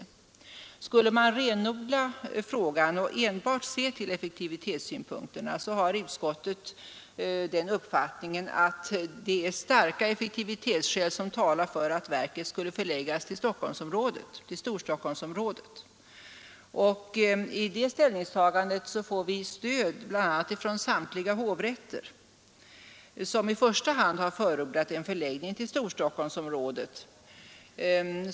Skulle man renodla frågan och enbart se till effektivitetssynpunkterna, har utskottet den uppfattningen att starka effektivitetsskäl talar för att verket skulle förläggas till Storstockholmsområdet. I det ställningstagandet får vi stöd bl.a. från samtliga hovrätter, som i första hand har förordat en förläggning till Storstockholmsområdet.